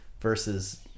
versus